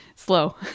slow